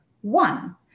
one